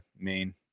main